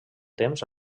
temps